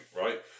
right